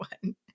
one